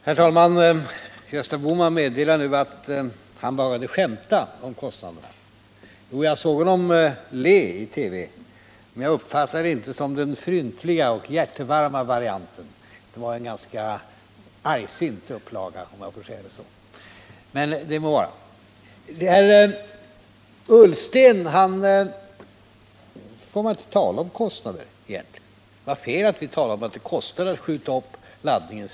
Herr talman! Gösta Bohman meddelade nu att han behagade skämta om kostnaderna. Jag såg honom le i TV, men jag uppfattade det inte som den fryntliga och hjärtevarma varianten. Det var, om jag får uttrycka mig så, en ganska argsint upplaga — men det må vara. Enligt Ola Ullsten får man inte tala om kostnader. Han sade att det var fel att vi sist talade om att det kostade ett par miljoner om dagen att skjuta upp laddningen.